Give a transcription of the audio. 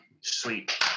Sweet